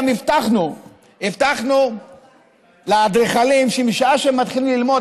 הבטחנו לאדריכלים שמשעה שהם מתחילים ללמוד,